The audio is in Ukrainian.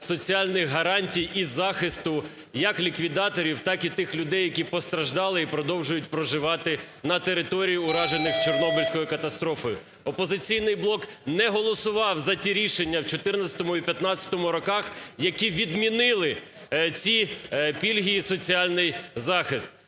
соціальних гарантій і захисту як ліквідаторів, так і тих людей, які постраждали і продовжують проживати на території, уражених Чорнобильською катастрофою. "Опозиційний блок" не голосував за ті рішення в 2014 і 2015 роках, які відмінили ці пільги і соціальний захист.